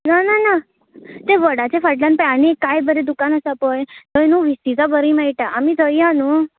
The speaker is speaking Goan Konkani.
ना ना ना तें वडाच्या फाटल्यान पळय आनी एक काय बरें दुकान आसा पळय थंय न्हू विस्तिदां बरीं मेळटा आमी थंय या न्हू